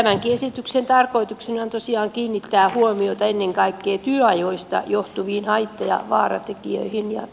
tämänkin esityksen tarkoituksena on tosiaan kiinnittää huomiota ennen kaikkea työajoista johtuviin haitta ja vaaratekijöihin